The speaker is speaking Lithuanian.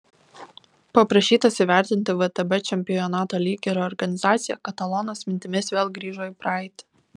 paprašytas įvertinti vtb čempionato lygį ir organizaciją katalonas mintimis vėl grįžo į praeitį